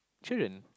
children